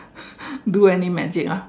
do any imagine